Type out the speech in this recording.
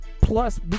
plus